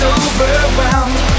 overwhelmed